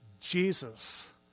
Jesus